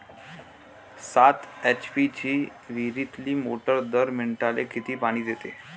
सात एच.पी ची विहिरीतली मोटार दर मिनटाले किती पानी देते?